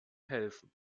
helfen